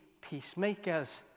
peacemakers